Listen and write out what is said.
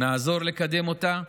נעזור לקדם אותה.